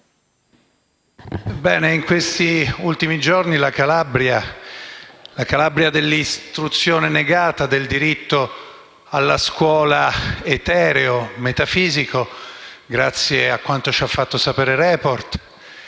in questi ultimi giorni la Calabria dell’istruzione negata, del diritto alla scuola etereo e metafisico, grazie a quanto ci ha fatto sapere «Report»,